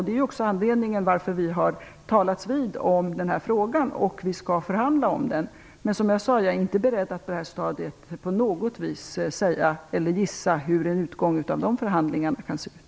Det är också anledningen till att vi har talats vid om denna fråga och till att vi skall förhandla om den. Men som jag sade är jag inte beredd att på detta stadium på något vis gissa hur en utgång av de förhandlingarna kan se ut.